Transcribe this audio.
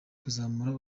kuzamura